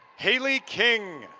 haley king.